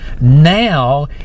Now